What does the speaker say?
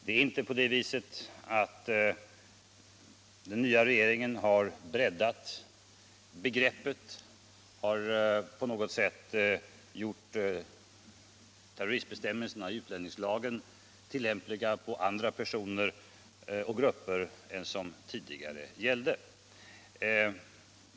Det är inte så, herr Måbrink, att den nya regeringen har breddat begreppet och på något sätt gjort terroristbestämmelserna i utlämningslagen tillämpliga på andra personer och grupper än vad som tidigare gällde.